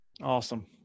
Awesome